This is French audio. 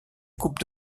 coupe